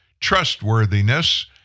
trustworthiness